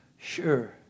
sure